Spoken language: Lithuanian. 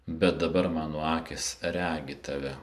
bet dabar mano akys regi tave